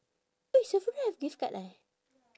eh sephora have gift card lah eh